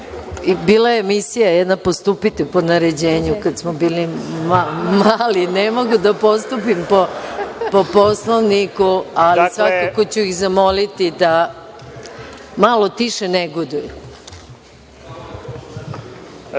Bila je jedna emisija „Postupite po naređenju“ kad smo bili mali. Ne mogu da postupim po Poslovniku, ali svakako ću ih zamoliti da malo tiše negoduju.